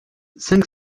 cinq